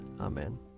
Amen